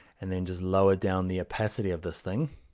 and then just lower down the opacity of this thing.